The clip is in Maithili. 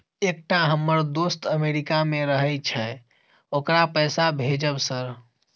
एकटा हम्मर दोस्त अमेरिका मे रहैय छै ओकरा पैसा भेजब सर?